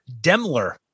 Demler